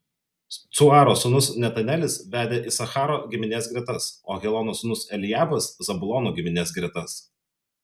cuaro sūnus netanelis vedė isacharo giminės gretas o helono sūnus eliabas zabulono giminės gretas